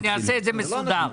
בזול.